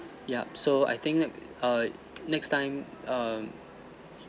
yup so I think err next time um